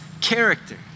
character